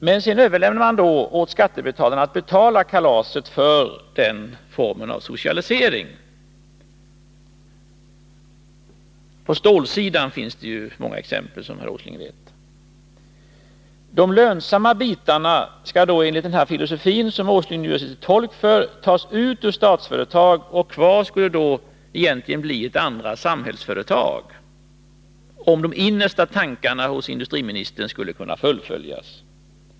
Men sedan överlämnar man åt skattebetalarna att betala för kalaset, dvs. för den formen av socialisering. På stålsidan finns det många exempel, som herr Åsling vet. De lönsamma bitarna skall enligt den filosofi som herr Åsling gör sig till tolk för tas ut ur Statsföretag AB. Kvar skulle då egentligen bli ett andra Samhällsföretag, om industriministerns innersta tankar skulle fullföljas.